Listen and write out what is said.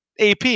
AP